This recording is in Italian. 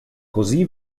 così